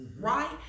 Right